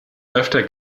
öfter